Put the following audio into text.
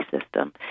system